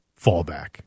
fallback